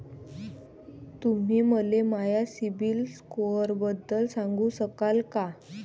तुम्ही मले माया सीबील स्कोअरबद्दल सांगू शकाल का?